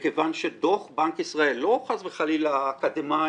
מכיוון שדו"ח בנק ישראל לא חלילה אקדמאים,